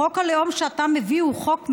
חוק הלאום שאתה מביא הוא חוק מביש,